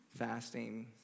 Fasting